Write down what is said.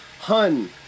hun